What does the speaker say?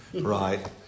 right